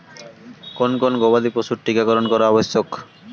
কোন কোন গবাদি পশুর টীকা করন করা আবশ্যক?